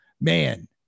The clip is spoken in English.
man